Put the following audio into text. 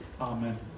amen